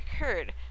occurred